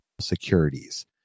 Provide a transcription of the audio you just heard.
securities